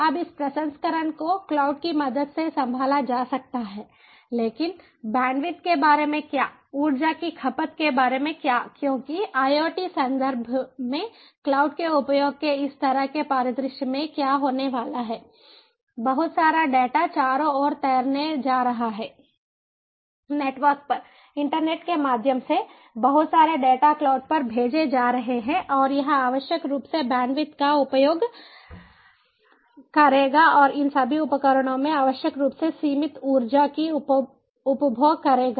अब इस प्रसंस्करण को क्लाउड की मदद से संभाला जा सकता है लेकिन बैंडविड्थ के बारे में क्या ऊर्जा की खपत के बारे में क्या क्योंकि IoT संदर्भ में क्लाउड के उपयोग के इस तरह के परिदृश्य में क्या होने वाला है बहुत सारा डेटा चारों ओर तैरने जा रहा है नेटवर्क पर इंटरनेट के माध्यम से बहुत सारे डेटा क्लाउड पर भेजे जा रहे हैं और यह अनावश्यक रूप से बैंडविड्थ का उपभोग करेगा और इन सभी उपकरणों में अनावश्यक रूप से सीमित ऊर्जा का उपभोग करेगा